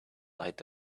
light